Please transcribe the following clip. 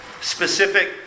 specific